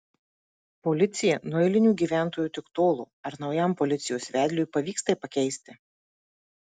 policija nuo eilinių gyventojų tik tolo ar naujam policijos vedliui pavyks tai pakeisti